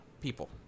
people